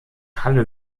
halle